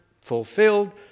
fulfilled